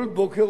כל בוקר,